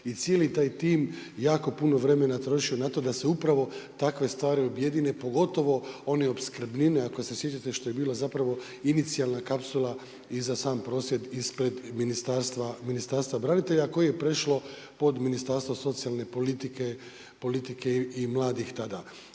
i cijeli taj tim jako putno vremena trošio na to da se upravo takve stvari objedine pogotovo one opskrbnine ako se sjećate što je bilo inicijalna kapsula i za sam prosvjed ispred Ministarstva branitelja koje je prešlo pod Ministarstvo socijalne politike i mladih tada.